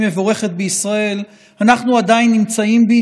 מאז כניסתי לכנסת ביקרתי לא אחת עיתונאים שפעלו,